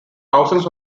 thousands